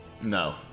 No